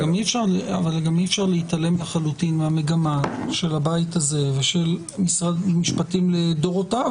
אבל גם אי-אפשר להתעלם מהגמה של הבית הזה ושל משרד המשפטים לדורותיו